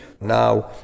Now